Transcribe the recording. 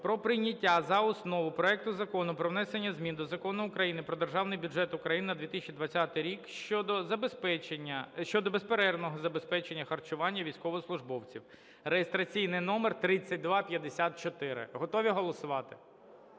про прийняття за основу проекту Закону про внесення змін до Закону України "Про Державний бюджет України на 2020 рік" щодо безперервного забезпечення харчування військовослужбовців (реєстраційний номер 3254). Готові голосувати?